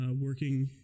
working